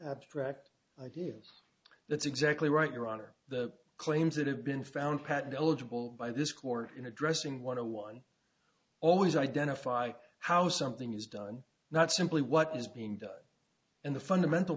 abstract ideas that's exactly right your honor the claims that have been found patent eligible by this court in addressing want to one always identify how something is done not simply what is being done and the fundamental